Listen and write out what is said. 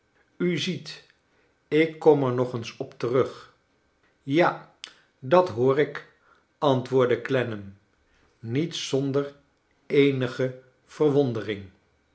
u ziet ik kom er nog eens op terug ja dat hoor ik anlwoordde clennam niet zonder eenige verwondering